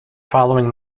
following